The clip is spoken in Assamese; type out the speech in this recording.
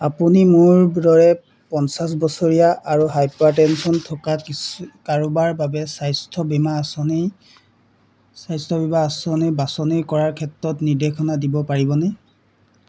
আপুনি মোৰ দৰে পঞ্চাছ বছৰীয়া আৰু হাইপাৰটেনছন থকা কিছু কাৰোবাৰ বাবে স্বাস্থ্য বীমা আঁচনি স্বাস্থ্য বীমা আঁচনি বাছনি কৰাৰ ক্ষেত্ৰত নিৰ্দেশনা দিব পাৰিবনে